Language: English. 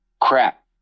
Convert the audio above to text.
crap